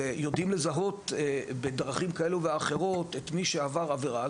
ויודעים לזהות בדרכים כאלו ואחרות את מי שעבר עבירה,